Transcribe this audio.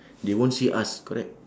they won't see us correct